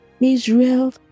Israel